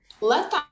let